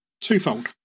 twofold